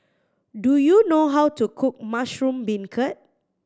do you know how to cook mushroom beancurd